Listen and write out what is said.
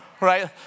right